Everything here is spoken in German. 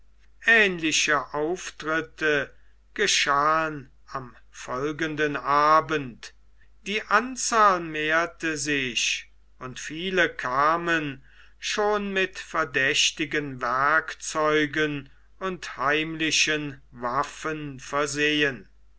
aehnliche auftritte geschahen am folgenden abend die anzahl mehrte sich und viele kamen schon mit verdächtigen werkzeugen und heimlichen waffen versehen